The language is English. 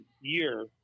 year